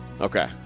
Okay